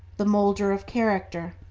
the moulder of character,